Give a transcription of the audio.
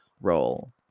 role